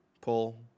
pull